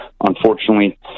unfortunately